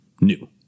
new